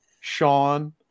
Sean